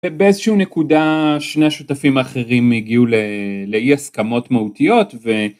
ובאיזשהו נקודה שני השותפים האחרים הגיעו לאי הסכמות מהותיות